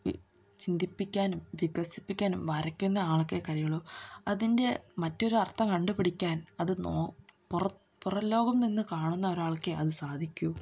ചിന്തിപ്പിക്കാനും വികസിപ്പിക്കാനും വരയ്ക്കുന്ന ആൾക്കെ കഴിയുള്ളു അതിൻ്റെ മറ്റൊരർത്ഥം കണ്ടുപിടിക്കാൻ അത് നോ പുറ പുറം ലോകം നിന്നു കാണുന്നൊരാൾക്കെ അതു സാധിക്കൂ